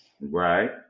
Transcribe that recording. Right